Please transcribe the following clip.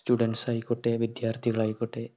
students ആയിക്കോട്ടെ വിദ്യാർഥികളായിക്കോട്ടെ